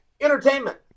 entertainment